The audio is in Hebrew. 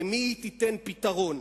למי היא תיתן פתרון?